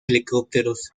helicópteros